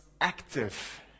active